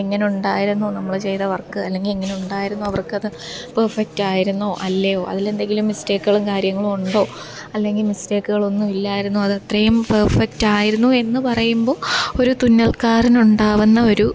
എങ്ങനുണ്ടായിരുന്നു നമ്മൾ ചെയ്ത വര്ക്ക് അല്ലെങ്കില് എങ്ങനുണ്ടായിരുന്നു അവര്ക്കത് പെഫെക്റ്റായിരുന്നോ അല്ലയോ അതിൽ എന്തെങ്കിലും മിസ്റ്റേക്ക്കളും കാര്യങ്ങളും ഉണ്ടോ അല്ലെങ്കില് മിസ്റ്റേക്ക്കളൊന്നും ഇല്ലായിരുന്നു അതത്രയും പേഫെക്റ്റായിരുന്നു എന്ന് പറയുമ്പോൾ ഒരു തുന്നല്ക്കാരനുണ്ടാവുന്ന ഒരു